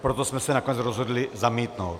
Proto jsme se nakonec rozhodli zamítnout.